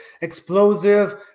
explosive